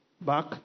back